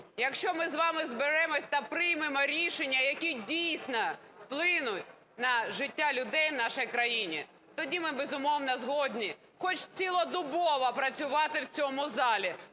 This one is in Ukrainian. якщо ми з вами зберемося та приймемо рішення, які, дійсно, вплинуть на життя людей в нашій країні, тоді ми, безумовно, згодні хоч цілодобово працювати в цьому залі,